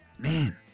man